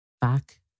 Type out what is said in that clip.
back